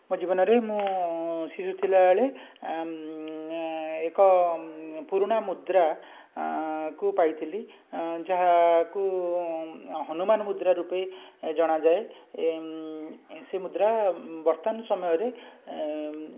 ମୋ ଜୀବନରେ ମୁଁ ସେ ଯେଉଁ ଥିଲାବେଳେ ଏକ ପୁରୁଣା ମୁଦ୍ରା କୁ ପାଇଥିଲି ଯାହାକୁ ହନୁମାନ ମୁଦ୍ରା ରୂପେ ଜଣାଯାଏ ସେ ମୁଦ୍ରା ବର୍ତ୍ତମାନ ସମୟରେ